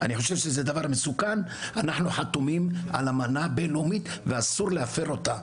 אנחנו חתומים על אמנה בינלאומית ואסור להפר אותה.